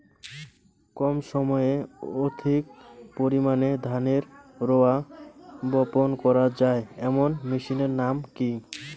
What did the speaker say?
কম সময়ে অধিক পরিমাণে ধানের রোয়া বপন করা য়ায় এমন মেশিনের নাম কি?